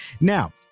now